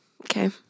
Okay